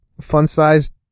fun-sized